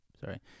sorry